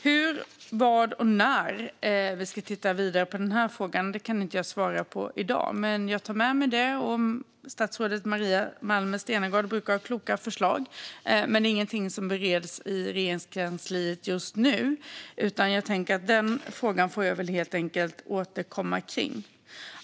Hur, var och när vi ska titta vidare på frågan kan jag inte svara på i dag. Jag tar med mig det. Statsrådet Maria Malmer Stenergard brukar ha kloka förslag, men det är ingenting som bereds i Regeringskansliet just nu. Den frågan får jag helt enkelt återkomma om.